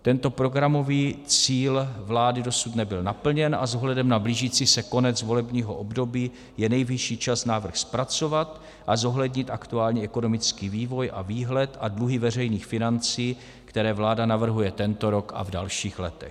Tento programový cíl vlády dosud nebyl naplněn a s ohledem na blížící se konec volebního období je nejvyšší čas návrh zpracovat a zohlednit aktuální ekonomický vývoj a výhled a dluhy veřejných financí, které vláda navrhuje tento rok a v dalších letech.